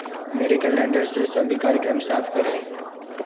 मेरे कैलेंडर से सभी कार्यक्रम साफ़ करें